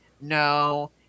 No